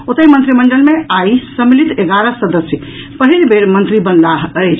ओतहि मंत्रिमंडल मे आइ सम्मिलित एगारह सदस्य पहिल बेर मंत्री बनलाह अछि